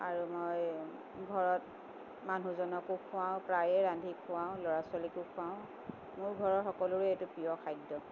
আৰু মই ঘৰত মানুহজনকো খুৱাওঁ প্ৰায়ে ৰান্ধি খুৱাওঁ ল'ৰা ছোৱালীকো খুৱাওঁ মোৰ ঘৰৰ সকলোৰে এইটো প্ৰিয় খাদ্য